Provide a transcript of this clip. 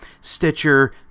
Stitcher